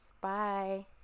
Bye